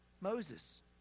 Moses